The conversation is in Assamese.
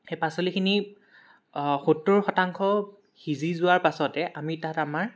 সেই পাচলিখিনি সত্তৰ শতাংশ সিজি যোৱাৰ পাছতে আমি তাত আমাৰ